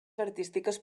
artístiques